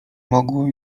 mogła